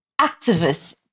activists